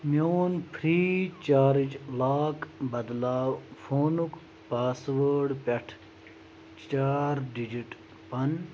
میٛون free charge lock بدلاو فونُک پاس وٲرڈ پٮ۪ٹھ چار ڈِجِٹ پن